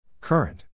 Current